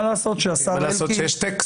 מה לעשות שיש טקסט.